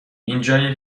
اینجا